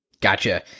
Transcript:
Gotcha